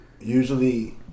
Usually